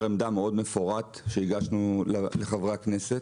עמדה מאוד מפורט והגשנו לחברי הכנסת.